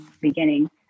beginning